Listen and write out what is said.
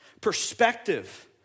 perspective